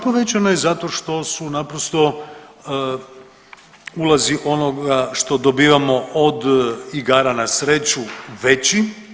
Povećano je zato što su naprosto ulozi onoga što dobivamo od igara na sreću veći.